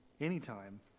anytime